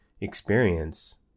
experience